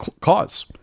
cause